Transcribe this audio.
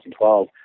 2012